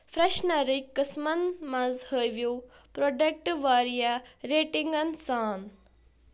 فرٛیٚشنَرٕکۍ قٕسٕمن مَنٛز ہٲوِو پروڈکٹ واریاہ ریٹنگن سان